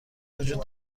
وجود